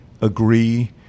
agree